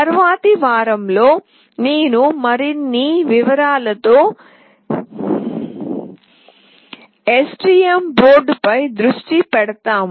తరువాతి వారంలో నేను మరిన్ని వివరాలతో ఎస్టీఎం బోర్డుపై దృష్టి పెడతాను